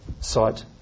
site